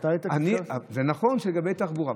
זה נכון שלגבי תחבורה,